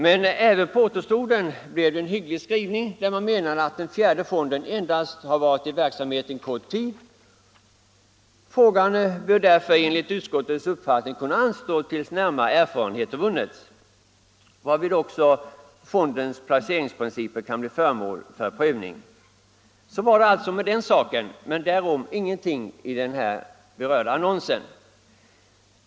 Men även på återstoden blev det en hygglig skrivning, där man menade att den fjärde fonden endast har varit i verksamhet en kort tid. Frågan bör därför enligt utskottets uppfattning kunna anstå tills närmare erfarenheter vunnits, varvid också fondens placeringsprinciper kan bli föremål för prövning. Så var det alltså med den saken. Men därom ingenting i annonsen.